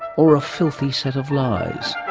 or a filthy set of lies.